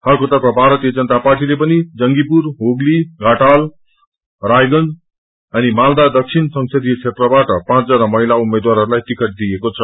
अर्कोतर्फ भारतीय जनता पार्टीले पि जंगीपुर हुगली घाटल रायगंज अनिमालदा दक्षिण संसदीय क्षेत्रबाट पाँचजना महिला उम्मेद्वारहरूलाई टिकट दिएको छ